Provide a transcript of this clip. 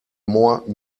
more